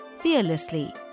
fearlessly